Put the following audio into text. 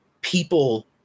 people